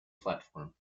platform